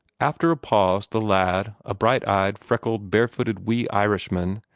after a pause the lad, a bright-eyed, freckled, barefooted wee irishman,